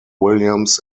williams